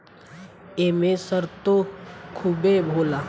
एमे सरतो खुबे होला